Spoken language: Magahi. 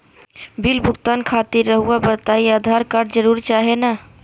बिल भुगतान खातिर रहुआ बताइं आधार कार्ड जरूर चाहे ना?